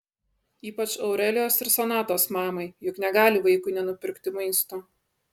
ypač aurelijos ir sonatos mamai juk negali vaikui nenupirkti maisto